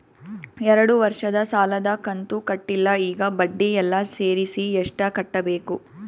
ಎರಡು ವರ್ಷದ ಸಾಲದ ಕಂತು ಕಟ್ಟಿಲ ಈಗ ಬಡ್ಡಿ ಎಲ್ಲಾ ಸೇರಿಸಿ ಎಷ್ಟ ಕಟ್ಟಬೇಕು?